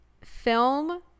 film